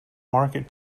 market